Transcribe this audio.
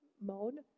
mode